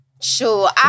Sure